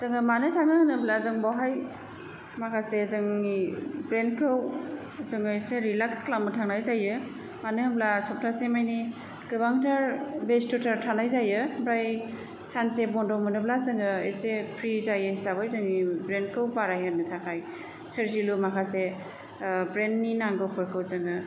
जोङो मानो थाङो होनोब्ला जों बावहाय माखासे जोंनि ब्रेनखौ जोङो एसे रिलेक्स खालामनो थांनाय जायो मानो होमब्ला सप्तासे मानि गोबांथार बेस्थ'थार थानाय जायो ओमफ्राय सानसे बन्द मोनोब्ला जोङो एसे प्रि जायो हिसाबै जोंनि ब्रेनखौ बारायहोनो थाखाय सोरजिलु माखासे ब्रेननि नांगौफोरखौ जोङो